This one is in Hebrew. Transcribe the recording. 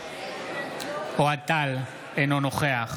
נגד אוהד טל, אינו נוכח